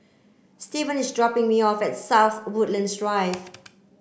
Steven is dropping me off at South Woodlands Drive